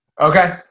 Okay